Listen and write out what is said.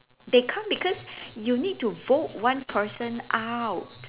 they can't because you need to vote one person out